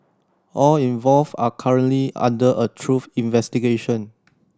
all involved are currently under a through investigation